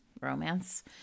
romance